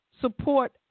support